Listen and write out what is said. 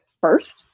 first